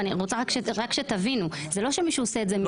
ואני רק רוצה שתבינו: זה לא שמישהו עושה את זה מרוע.